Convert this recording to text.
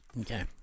Okay